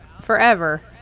forever